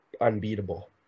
unbeatable